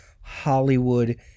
Hollywood